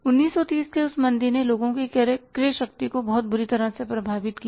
1930 के उस मंदी ने लोगों की क्रय शक्ति को बहुत बुरी तरह से प्रभावित किया